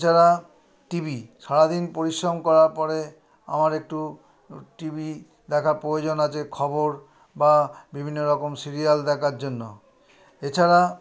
এছাড়া টিভি সারা দিন পরিশ্রম করার পরে আমার টিভি দেখা প্রয়োজন আছে খবর বা বিভিন্ন রকম সিরিয়াল দেখার জন্য এছাড়া